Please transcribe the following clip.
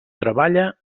treballa